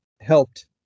helped